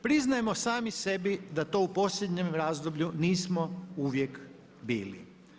Priznajmo sami sebi da to u posljednjem razdoblju nismo uvijek bili.